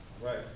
Right